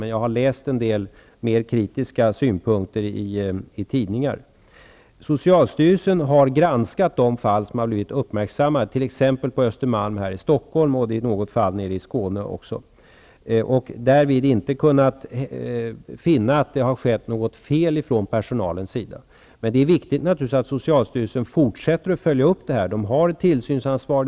Men jag har läst en del mer kritiska synpunkter i tidningar. Socialstyrelsen har granskat de fall som har blivit uppmärksammade, t.ex. på Östermalm här i Stockholm och något fall nere i Skåne. I de fallen har vi inte kunnat finna att personalen har gjort något fel. Men det är naturligtvis viktigt att socialstyrelsen fortsätter att följa upp detta. Den har ett tillsynsansvar.